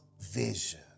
vision